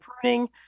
pruning